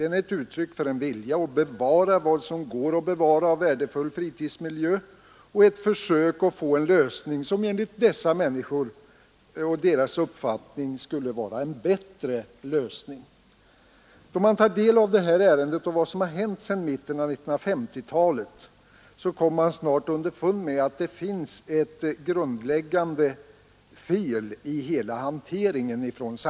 De är också ett uttryck för en vilja att bevara vad som går att bevara av värdefull fritidsmiljö och ett försök att få till stånd en enligt dessa människors uppfattning bättre lösning på vägbyggnadsproblemen. När man tar del av och ser vad som har hänt i detta ärende sedan mitten av 1950-talet, så finner man att det från samhällets sida har begåtts ett grundläggande fel vid handläggningen av frågan.